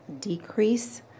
decrease